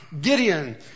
Gideon